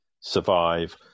survive